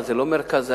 זה לא מרכז העיר,